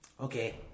okay